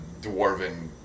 dwarven